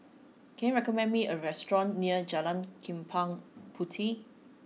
can you recommend me a restaurant near Jalan Chempaka Puteh